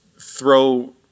throw